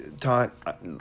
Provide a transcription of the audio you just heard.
talk